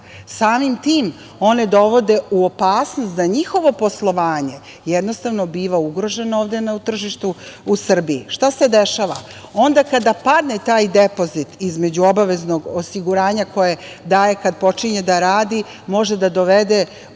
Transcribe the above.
Samim tim, one dovode u opasnost da njihovo poslovanje, jednostavno, biva ugroženo ovde na tržištu u Srbiji. Šta se dešava? Onda kada padne taj depozit između obaveznog osiguranja koje daje kada počinje da radi može da dovede